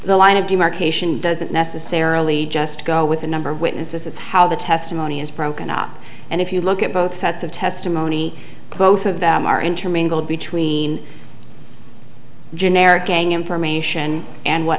the line of demarcation doesn't necessarily just go with the number of witnesses it's how the testimony is broken up and if you look at both sets of testimony both of them are intermingled between generic gang information and what